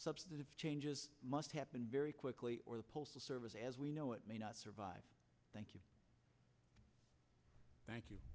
substantive changes must happen very quickly or the postal service as we know it may not survive thank you thank you